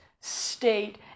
state